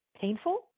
painful